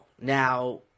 Now